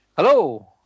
Hello